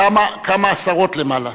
כמה עשרות למעלה,